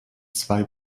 zwei